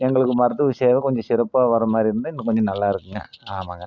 எங்களுக்கு மருத்துவ சேவை கொஞ்சம் சிறப்பாக வர மாதிரி இருந்தால் இன்னும் கொஞ்சம் நல்லாயிருக்குங்க ஆமாங்க